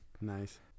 Nice